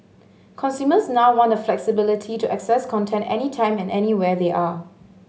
consumers now want the flexibility to access content any time and anywhere they are